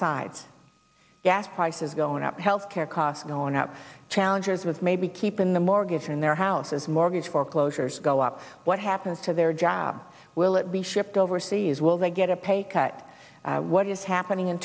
sides gas prices going up healthcare costs going up challengers with maybe keeping the mortgage in their houses mortgage foreclosures go up what happens to their job will it be shipped overseas will they get a pay cut what is happening in